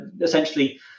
essentially